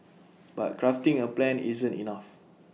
but crafting A plan isn't enough